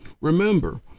Remember